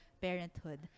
Parenthood